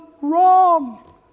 wrong